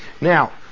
Now